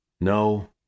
No